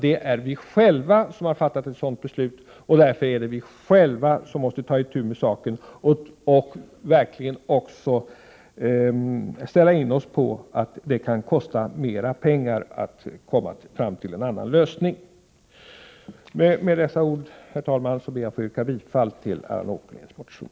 Det är vi själva som fattat ett sådant beslut, och därför är det vi själva som måste ta itu med saken och också verkligen ställa in oss på att det kan kosta mer pengar att komma fram till en annan lösning. Med dessa ord, herr talman, ber jag att få yrka bifall till Allan Åkerlinds motion.